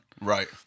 right